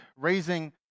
raising